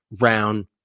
round